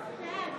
בעד